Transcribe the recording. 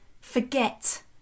Forget